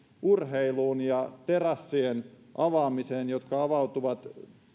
urheiluun ja terassien avaamiseen jotka avautuvat